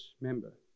member